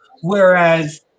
whereas